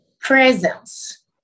Presence